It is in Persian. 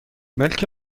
ملک